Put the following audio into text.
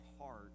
heart